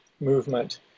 movement